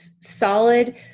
solid